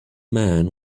man